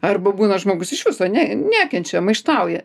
arba būna žmogus iš viso ne nekenčia maištauja